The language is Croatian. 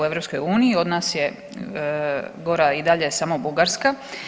Od nas je gora i dalje samo Bugarska.